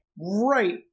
right